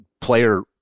player